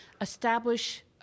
establish